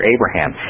Abraham